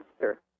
answer